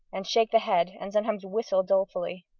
and shake the head, and sometimes whistle dolefully.